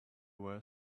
were